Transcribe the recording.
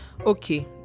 okay